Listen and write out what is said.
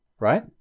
right